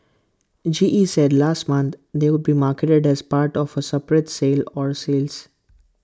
G E said last month they would be marketed as part of A separate sale or sales